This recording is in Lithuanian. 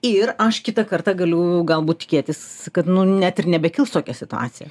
ir aš kitą kartą galiu galbūt tikėtis kad nu net ir nebekils tokia situacija